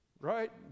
right